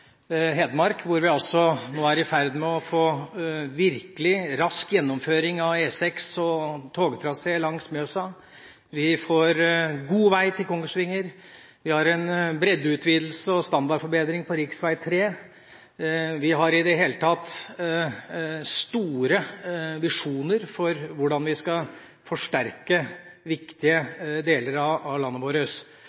Hedmark, hvor vi er i ferd med å få virkelig rask gjennomføring av E6 og togtrasé langs Mjøsa. Vi får god vei til Kongsvinger, og vi har en breddeutvidelse og standardforbedring på rv. 3. Vi har i det hele tatt store visjoner for hvordan vi skal forsterke viktige